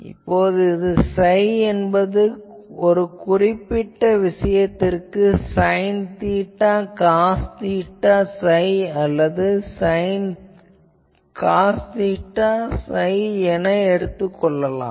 இதில் psi என்பது ஒரு குறிப்பிட்ட விஷயத்திற்கு சைன் தீட்டா காஸ் psi அல்லது காஸ் தீட்டா psi என எடுத்துக் கொள்ளலாம்